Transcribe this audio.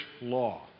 law